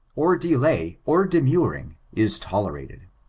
or delay, or demurring, is tolerated.